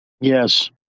Yes